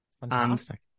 Fantastic